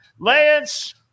Lance